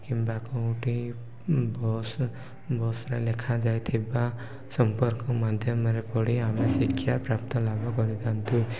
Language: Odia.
କିମ୍ବା କେଉଁଠି ବସ୍ ବସ୍ରେ ଲେଖା ଯାଇଥିବା ସମ୍ପର୍କ ମାଧ୍ୟମରେ ପଢ଼ି ଆମେ ଶିକ୍ଷାପ୍ରାପ୍ତ ଲାଭ କରିଥାନ୍ତୁ